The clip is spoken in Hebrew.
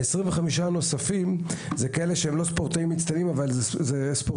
ה-25 הנוספים הם לא מצטיינים אבל בני